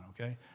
okay